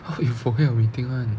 how you forget your meeting [one]